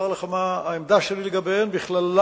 אומר לך מה העמדה שלי לגביהן בכללן,